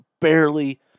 barely